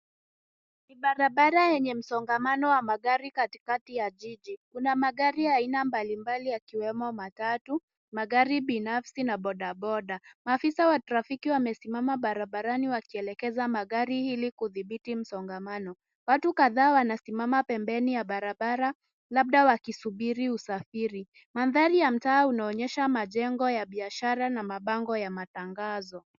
Ni barabara yenye msongamano wa magari katikati ya jiji. Kuna magari ya aina mbalimbali yakiwemo matatu, magari binafsi na bodaboda. Maafisa wa trafiki wamesimama barabarani wakielekeza magari, ili kudhibiti msongamano. Watu kadhaa wanasimama pembeni ya barabara labda wakisubiri usafiri. Mandhari ya mtaa unaonyesha majengo ya bishara na mabango ya matangazo.